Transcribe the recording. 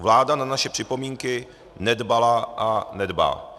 Vláda na naše připomínky nedbala a nedbá.